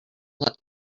let